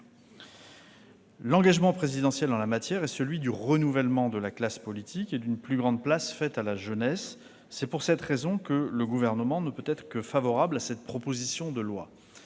L'engagement présidentiel en la matière est celui du renouvellement de la classe politique et d'une plus grande place faite à la jeunesse. C'est pour cette raison que le Gouvernement ne peut être que favorable à cette proposition de loi.